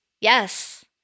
Yes